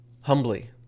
Humbly